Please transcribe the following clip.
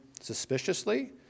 suspiciously